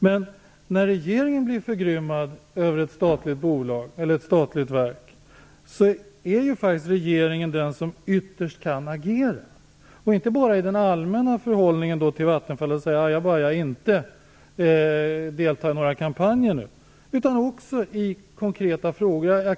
Men när regeringen blir förgrymmad över ett statligt bolag eller ett statligt verk är det ju också regeringen som ytterst kan agera. Det gäller inte bara i den allmänna hållningen till Vattenfall, genom att säga "ajabaja, inte delta i några kampanjer nu", utan det gäller också i konkreta frågor.